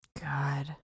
God